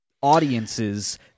audiences